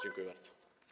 Dziękuję bardzo.